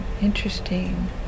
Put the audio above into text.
interesting